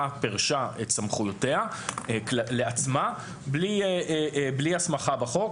פירשה את סמכויותיה לעצמה בלי הסמכה בחוק.